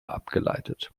abgeleitet